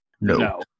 No